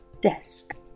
Desk